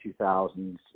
2000s